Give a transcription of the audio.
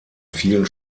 vielen